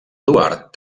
eduard